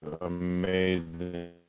amazing